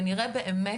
ונראה באמת